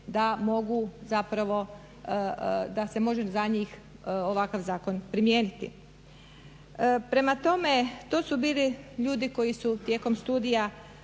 da se može za njih ovakav zakon primijeniti. Prema tome, to su bili ljudi koji su tijekom studija,